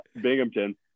Binghamton